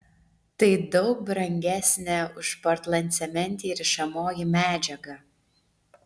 tai daug brangesnė už portlandcementį rišamoji medžiaga